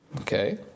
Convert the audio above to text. Okay